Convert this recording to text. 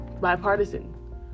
bipartisan